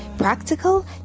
practical